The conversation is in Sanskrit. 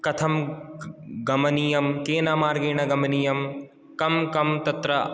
कथं गमनीयं केन मार्गेण गमनीयं कं कं तत्र